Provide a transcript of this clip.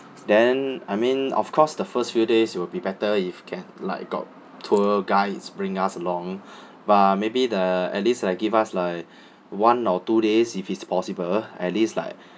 then I mean of course the first few days it will be better if can like got tour guides bring us along but maybe the at least like give us like one or two days if it's possible at least like